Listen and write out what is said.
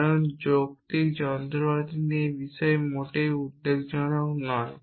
কারণ যৌক্তিক যন্ত্রপাতি এই বিষয়ে মোটেই উদ্বেগজনক নয়